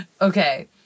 Okay